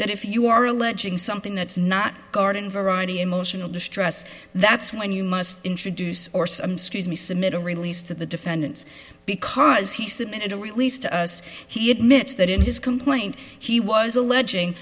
that if you are alleging something that's not garden variety emotional distress that's when you must introduce or some screws me submit a release to the defendant because he submitted a release to us he admits that in his complaint he was alleging